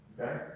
okay